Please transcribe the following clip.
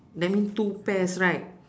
that mean two pairs right